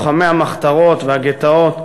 לוחמי המחתרות והגטאות,